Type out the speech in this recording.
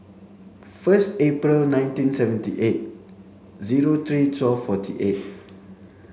first April nineteen seventy eight zero three twelve forty eight